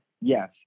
yes